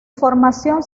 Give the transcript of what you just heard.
formación